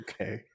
Okay